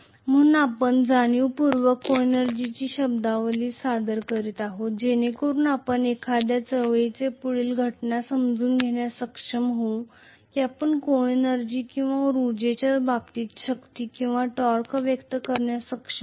म्हणून आम्ही जाणीवपूर्वक सहऊर्जाको एनर्जीची शब्दावली सादर करीत आहोत जेणेकरून आपण एखाद्या चळवळीची पुढील घटना समजून घेण्यास सक्षम होऊ की आपण सहऊर्जाको एनर्जीकिंवा उर्जाच्या बाबतीत शक्ती किंवा टॉर्क व्यक्त करण्यास सक्षम होऊ